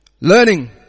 learning